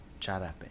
Charape